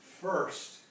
first